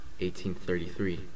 1833